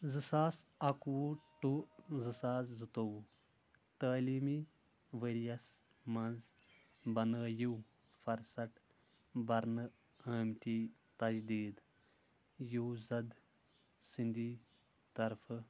زٕ ساس اَکوُہ ٹُو زٕ ساس زٕتووُہ تٔعلیٖمی ؤرۍ یَس منٛز بنٲیِو فہرسَت بھرنہٕ ٲمِتۍ تجدیٖد یوٗزر سٕنٛدی طرفہٕ